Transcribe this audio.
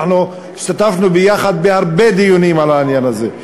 אנחנו השתתפנו יחד בהרבה דיונים על העניין הזה,